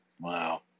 Wow